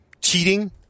cheating